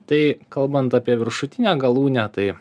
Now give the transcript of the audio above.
tai kalbant apie viršutinę galūnę tai